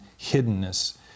hiddenness